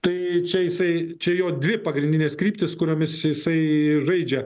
tai čia jisai čia jo dvi pagrindinės kryptys kuriomis jisai žaidžia